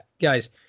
guys